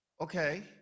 Okay